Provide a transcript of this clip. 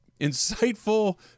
insightful